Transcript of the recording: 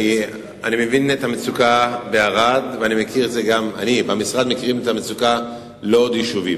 אני מבין את המצוקה בערד ובמשרד מכירים את המצוקה בעוד יישובים.